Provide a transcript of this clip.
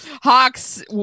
Hawks